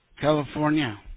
California